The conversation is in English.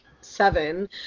seven